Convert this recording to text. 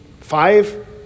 five